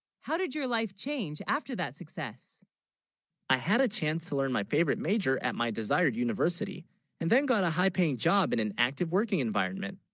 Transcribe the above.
how, did your life, change after that success i had a chance to learn, my favorite, major at, my desired university and then got a. high-paying job in an active working environment